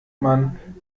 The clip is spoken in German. man